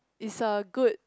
is a good